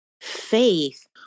faith